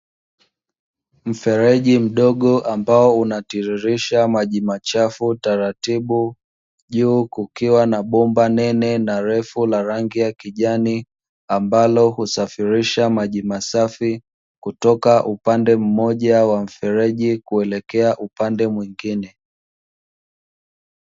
Mfereji mdogo ambao unatiririsha maji machafu taratibu juu kukiwa na bomba nene na refu la rangi ya kijani, ambalo husafirisha maji masafi kutoka upande mmoja wa mfereji kuelekea upande mwingine.